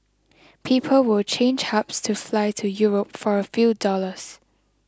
people will change hubs to fly to Europe for a few dollars